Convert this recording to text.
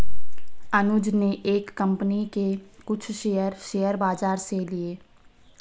अनुज ने एक कंपनी के कुछ शेयर, शेयर बाजार से लिए